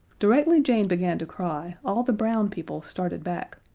directly jane began to cry, all the brown people started back.